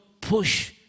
push